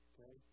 Okay